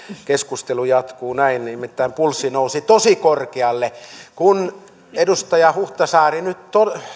keskustelu jatkuu näin nimittäin pulssi nousi tosi korkealle kun edustaja huhtasaari nyt